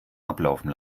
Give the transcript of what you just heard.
ablaufen